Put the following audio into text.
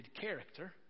character